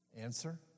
Answer